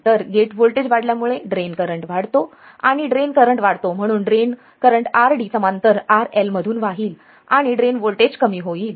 तर gate voltage वाढल्यामुळे drain current वाढतो आणि ड्रेन करंट वाढतो म्हणून ड्रेन करंट RD समांतर RL मधून वाहील आणि ड्रेन व्होल्टेज कमी होईल